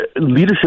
leadership